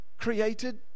created